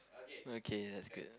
okay that's good